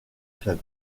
club